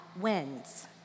wins